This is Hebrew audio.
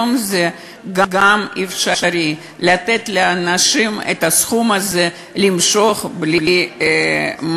גם היום זה אפשרי לתת לאנשים למשוך את הסכום הזה בלי מס.